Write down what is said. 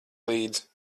līdzi